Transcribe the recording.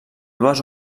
dues